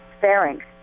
pharynx